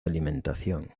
alimentación